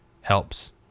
helps